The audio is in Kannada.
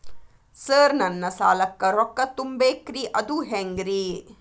ಸರ್ ನನ್ನ ಸಾಲಕ್ಕ ರೊಕ್ಕ ತುಂಬೇಕ್ರಿ ಅದು ಹೆಂಗ್ರಿ?